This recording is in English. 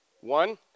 One